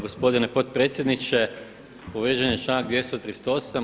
Gospodine potpredsjedniče, povrijeđen je članak 238.